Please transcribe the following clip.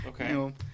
Okay